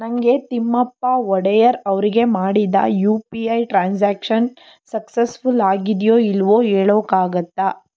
ನನಗೆ ತಿಮ್ಮಪ್ಪ ಒಡೆಯರ್ ಅವರಿಗೆ ಮಾಡಿದ U P I transaction successful ಆಗಿದೆಯೋ ಇಲ್ವೋ ಹೇಳೋಕಾಗುತ್ತಾ